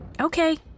okay